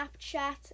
Snapchat